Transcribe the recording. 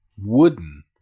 wooden